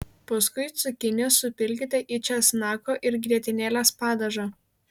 paskui cukinijas supilkite į česnako ir grietinėlės padažą